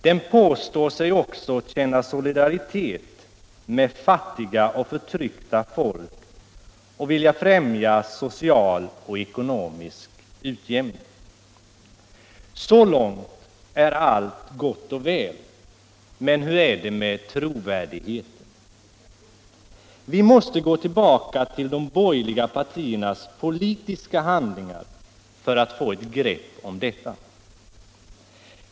Den påstår sig också känna solidaritet med fattiga och förtryckta folk och vilja främja social och ekonomisk utjämning. Så långt är allt gott och väl. Men hur är det med trovärdigheten? Vi måste gå tillbaka till de borgerliga partiernas politiska handlingar för att få ett grepp om detta.